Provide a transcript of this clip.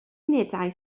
unedau